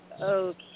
okay